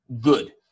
good